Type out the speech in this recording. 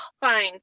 fine